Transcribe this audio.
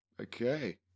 Okay